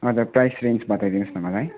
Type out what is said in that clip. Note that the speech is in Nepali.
हजुर प्राइस रेन्ज बताइदिनु होस् न मलाई